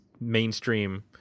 mainstream